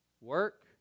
work